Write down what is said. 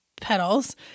petals